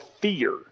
Fear